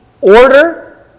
order